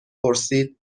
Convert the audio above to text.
پرسیدچرا